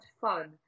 fun